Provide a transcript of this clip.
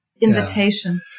Invitation